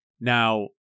Now